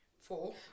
Four